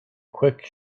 quick